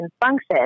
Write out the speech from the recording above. functions